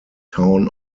town